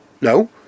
no